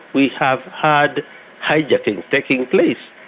we have had hijackings taking place.